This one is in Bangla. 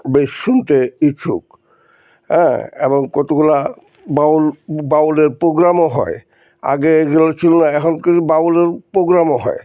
বেশ শুনতে ইচ্ছুক হ্যাঁ এবং কতগুলা বাউল বাউলের প্রোগ্রামও হয় আগে এগুলো ছিল না এখনকার বাউলের প্রোগ্রামও হয়